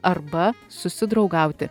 arba susidraugauti